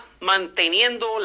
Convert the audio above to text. Manteniendo